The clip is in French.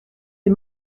les